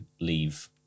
leave